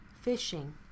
fishing